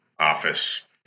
office